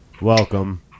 Welcome